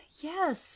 Yes